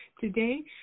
today